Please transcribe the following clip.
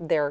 their